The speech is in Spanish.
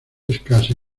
escasa